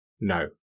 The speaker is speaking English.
no